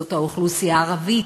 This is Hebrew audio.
שזאת האוכלוסייה הערבית,